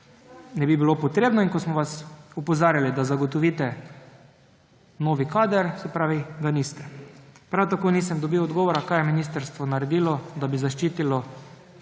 ne bi bilo potrebno. Ko smo vas opozarjali, da zagotovite novi kadar, ga niste. Prav tako nisem dobil odgovora, kaj je ministrstvo naredilo, da bi zaščitilo